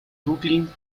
brooklyn